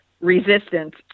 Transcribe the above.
resistance